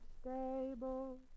stable